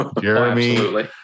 Jeremy